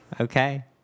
Okay